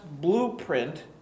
blueprint